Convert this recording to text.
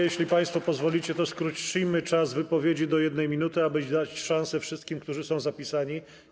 Jeśli państwo pozwolicie, to skrócimy czas wypowiedzi do 1 minuty, aby dać szansę wszystkim, którzy są zapisani.